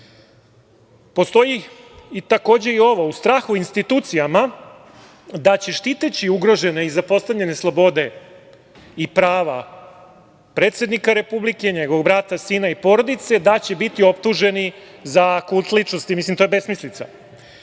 Postoji takođe i ovo, u strahu institucijama da će štiteći ugrožene i zapostavljene slobode i prava predsednika Republike, njegovog brata, sina i porodice da će biti optuženi za kult ličnosti. Mislim, to je besmislica. Kao